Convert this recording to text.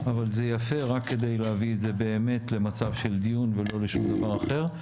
אבל זה יפה רק כדי להביא את זה באמת למצב של דיון ולא לשום דבר אחר.